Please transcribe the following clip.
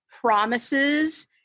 promises